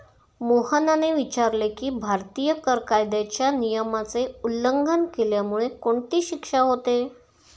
मोहनने विचारले की, भारतीय कर कायद्याच्या नियमाचे उल्लंघन केल्यामुळे कोणती शिक्षा होते?